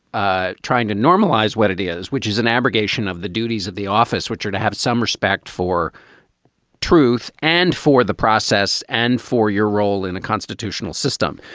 ah trying to normalize what it is, which is an abrogation of the duties of the office, which are to have some respect for truth and for the process and for your role in the constitutional system.